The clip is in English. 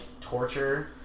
torture